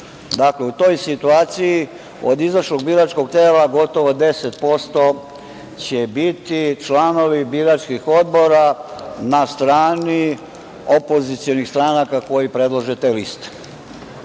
Dakle, u toj situaciji od izašlog biračkog tela gotovo 10% će biti članovi biračkih odbora na strani opozicionih stranaka koji predlože te liste. Dame